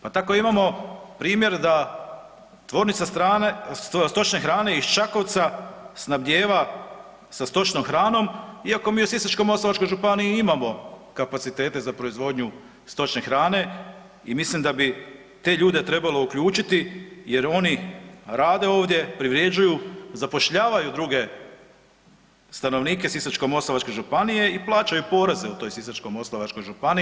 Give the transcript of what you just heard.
Pa tako imamo primjer da tvornica stočne hrane iz Čakovca snabdijeva sa stočnom hranom iako mi u Sisačko-moslavačkoj županiji imamo kapacitete za proizvodnju stočne hrane i mislim da bi te ljude trebalo uključiti jer oni rade ovdje, privređuju, zapošljavaju druge stanovnike Sisačko-moslavačke županije i plaćaju poreze u toj Sisačko-moslavačkoj županiji.